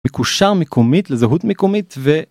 מקושר מקומית לזהות מקומית ו.